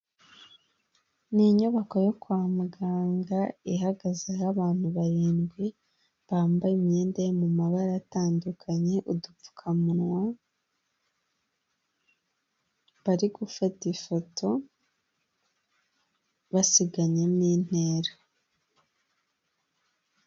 N'inyubako yo kwa muganga ihagazeho abantu barindwi, bambaye imyenda yo mu mabara atandukanye, udupfukamunwa. Bari gufata ifoto basiganyemo intera.